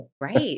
Right